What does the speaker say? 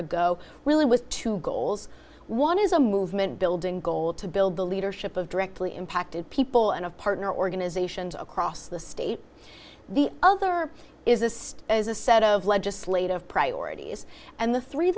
ago well it was two goals one is a movement building goal to build the leadership of directly impacted people and of partner organizations across the state the other is a sed as a set of legislative priorities and the three